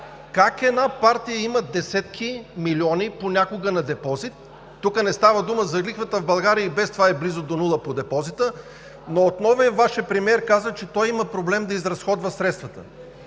как една партия има десетки милиони понякога на депозит – тук не става дума за лихвата, в България и без това е близо до нула, по депозита, но отново Вашият премиер каза, че той има проблем да изразходва средствата.